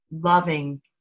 loving